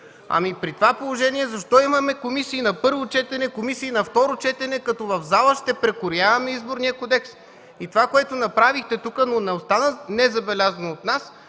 При това положение защо имаме комисии на първо четене, комисии на второ четене, след като в залата ще прекрояваме Изборния кодекс? Това, което направихте тук, но не остана незабелязано от нас,